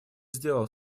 сделал